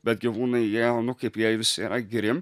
bet gyvūnai jie nu kaip jie visi yra geri